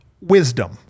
wisdom